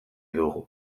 dugu